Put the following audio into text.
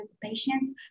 patients